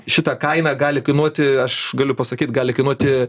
šita kaina gali kainuoti aš galiu pasakyt gali kainuoti